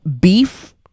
beef